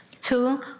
Two